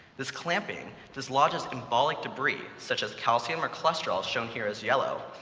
this clamping dislodges embolic debris, such as calcium or cholesterol, shown here as yellow,